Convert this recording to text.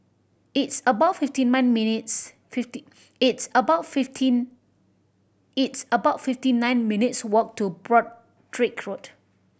it's about fifty man minutes fifty it's about fifteen it's about fifty nine minutes' walk to Broadrick Road